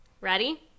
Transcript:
Ready